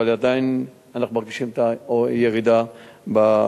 אבל אנחנו כבר מרגישים את הירידה בכמות.